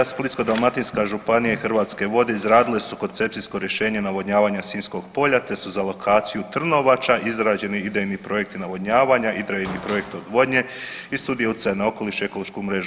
Splitsko-dalmatinska županija i Hrvatske vode izradile su koncepcijsko rješenje navodnjavanja Sinjskog polja, te su za lokaciju Trnvača izrađeni idejni projekti navodnjavanja i idejni projekt odvodnje i studija utjecaja na okoliš i ekološku mrežu.